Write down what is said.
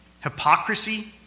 hypocrisy